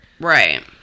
Right